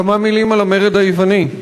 כמה מילים על המרד היווני: